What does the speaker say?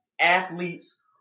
athletes